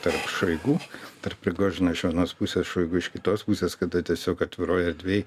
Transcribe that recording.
tarp šoigu tarp prigožino iš vienos pusės šoigu iš kitos pusės kada tiesiog atviroj erdvėj